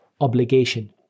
obligation